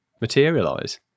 materialize